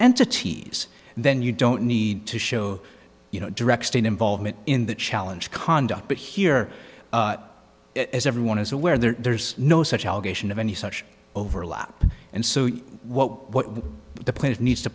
entities then you don't need to show you know direct state involvement in the challenge conduct but here it is everyone is aware there's no such allegation of any such overlap and so what the plaintiff needs to